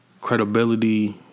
credibility